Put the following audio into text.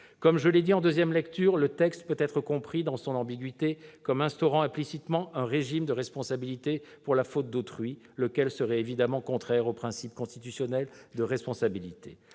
Comme je l'ai dit en deuxième lecture, le texte peut être compris, dans son ambiguïté, comme instaurant implicitement un régime de responsabilité pour la faute d'autrui, lequel serait évidemment contraire au principe constitutionnel de responsabilité.